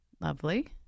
Lovely